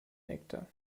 nektar